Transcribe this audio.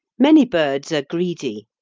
many birds are greedy.